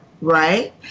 right